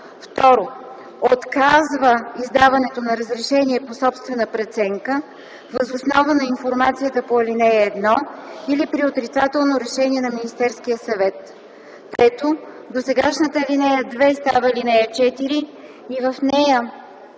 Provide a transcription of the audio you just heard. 2. отказва издаването на разрешение по собствена преценка въз основа на информацията по ал. 1 или при отрицателно решение на Министерския съвет. 3. Досегашната ал. 2 става ал. 4 и в нея